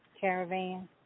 caravan